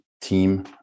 team